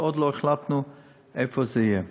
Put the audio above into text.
עוד לא החלטנו איפה זה יהיה.